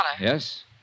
Yes